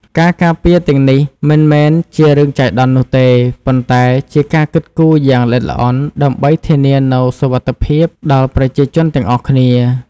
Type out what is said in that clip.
ការការពារទាំងនេះមិនមែនជារឿងចៃដន្យនោះទេ ប៉ុន្តែជាការគិតគូរយ៉ាងល្អិតល្អន់ដើម្បីធានានូវសុវត្ថិភាពដល់ប្រជាជនទាំងអស់គ្នា។